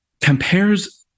compares